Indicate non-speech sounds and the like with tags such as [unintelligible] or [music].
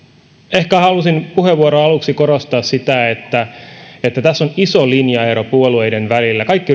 ehkä halusin puheenvuoroni aluksi korostaa sitä että että tässä on iso linjaero puolueiden välillä kaikki [unintelligible]